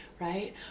Right